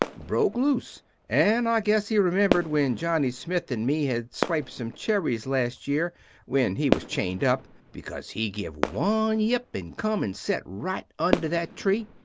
broke loose and i guess he remembered when johnny smith and me had swiped some cheries last yere when he was chened up, becaus he give one yip and come and set rite under that tree,